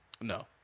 No